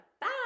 Bye